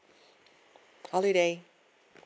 holiday